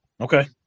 Okay